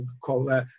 call